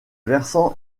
versant